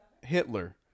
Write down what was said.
Hitler